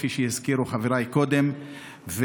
כפי שהזכירו חבריי קודם,